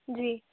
जी